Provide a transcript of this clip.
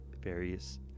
various